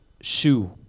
shoe